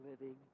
living